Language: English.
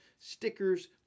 stickers